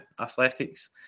athletics